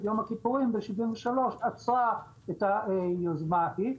יום הכיפורים ב-1973 עצרה את היוזמה ההיא.